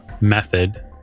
method